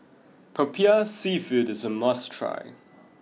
Popiah seafood is a must try